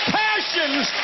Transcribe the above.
passions